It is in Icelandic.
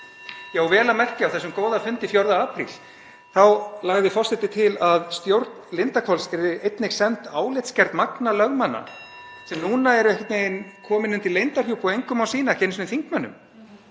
Já, og vel að merkja, á þessum góða fundi 4. apríl þá lagði forseti til að stjórn Lindarhvols yrði einnig send álitsgerð Magna lögmanna sem núna er einhvern veginn komin undir leyndarhjúp og engum má sýna, ekki einu sinni þingmönnum.